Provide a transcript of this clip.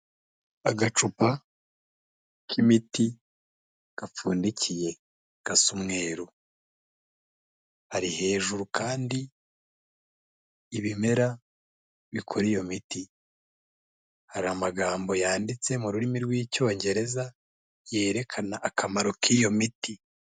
Agacupa k'imiti gapfundikiye gasa umweru, hari hejuru kandi ibimera bikora iyo miti, hari amagambo yanditse mu rurimi rw'icyongereza yerekana akamaro k'iyo miti.